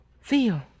feel